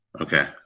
Okay